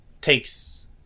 takes